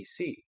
PC